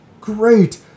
great